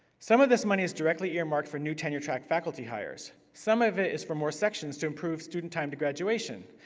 some of this money is directly earmarked for new tenure-track faculty hires. some of it is for more sections to improve student time to graduation.